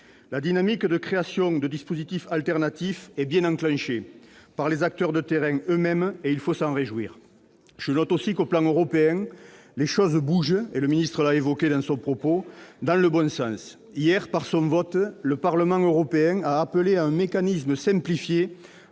La dynamique de création de dispositifs alternatifs est bien enclenchée, par les acteurs de terrain eux-mêmes. Il faut s'en réjouir. Je note aussi que, à l'échelon européen, les choses bougent dans le bon sens ; M. le ministre l'a indiqué. Hier, par son vote, le Parlement européen a appelé à un mécanisme simplifié